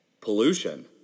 pollution